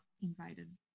invited